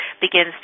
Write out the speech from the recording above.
begins